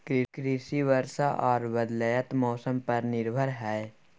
कृषि वर्षा आर बदलयत मौसम पर निर्भर हय